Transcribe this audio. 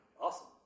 Awesome